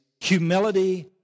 humility